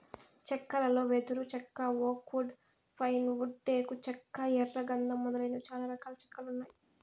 చెక్కలలో వెదురు చెక్క, ఓక్ వుడ్, పైన్ వుడ్, టేకు చెక్క, ఎర్ర గందం మొదలైనవి చానా రకాల చెక్కలు ఉన్నాయి